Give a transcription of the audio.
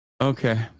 Okay